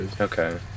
Okay